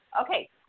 Okay